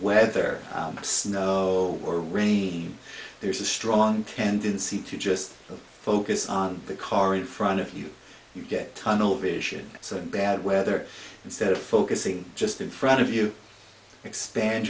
weather snow or rain there's a strong tendency to just focus on the car in front of you you get tunnel vision so in bad weather instead of focusing just in front of you expand